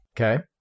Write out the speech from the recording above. Okay